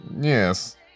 Yes